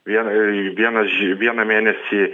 vien ai vienas ži vieną mėnesį